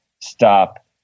Stop